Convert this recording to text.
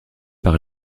par